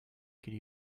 could